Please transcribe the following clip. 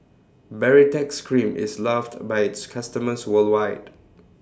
Baritex Cream IS loved By its customers worldwide